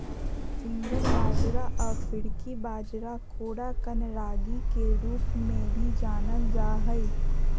finger बाजरा अफ्रीकी बाजरा कोराकन रागी के रूप में भी जानल जा हइ